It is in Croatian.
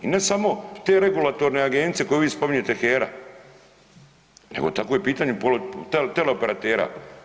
I ne samo te regulatorne agencije koje vi spominjete HERA, nego takvo je pitanje teleoperatera.